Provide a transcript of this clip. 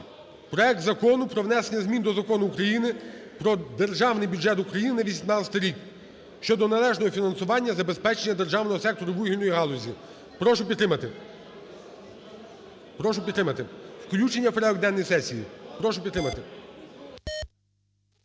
проект Закону про внесення змін до Закону України "Про Державний бюджет України на 2018 рік" щодо належного фінансового забезпечення державного сектору вугільної галузі. Прошу підтримати. Прошу підтримати включення в порядок денний сесії. Прошу підтримати.